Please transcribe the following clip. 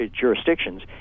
jurisdictions